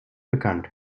bekannt